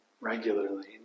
regularly